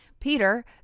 Peter